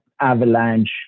avalanche